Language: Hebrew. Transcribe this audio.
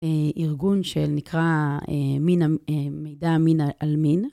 ארגון שנקרא מידע מין על מין.